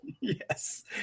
Yes